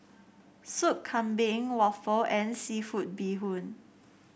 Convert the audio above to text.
Soup Kambing Waffle and seafood Bee Hoon